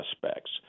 suspects